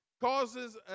causes